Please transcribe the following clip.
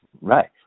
Right